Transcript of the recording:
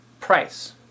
price